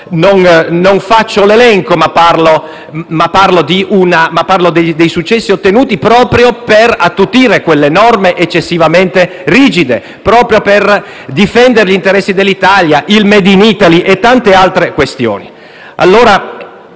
non faccio l'elenco, limitandomi a parlare solo dei successi ottenuti proprio per attutire quelle norme eccessivamente rigide e difendere gli interessi dell'Italia, il *made in Italy* e tante altre questioni.